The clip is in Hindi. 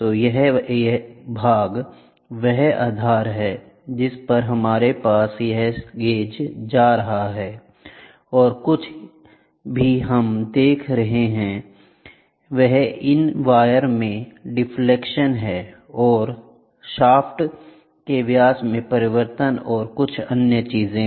तो यह भाग वह आधार है जिस पर हमारे पास यह गेज जा रहा है और जो कुछ भी हम देख रहे हैं वह इन वायर में डिफलेक्शन है जैसे शाफ्ट के व्यास में परिवर्तन और कुछ अन्य चीजें